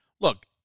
Look